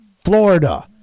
Florida